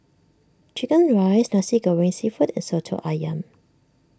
Chicken Rice Nasi Goreng Seafood and Soto Ayam